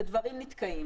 ודברים נתקעים.